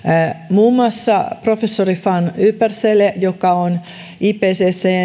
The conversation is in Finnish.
muun muassa professori van ypersele joka on ipccn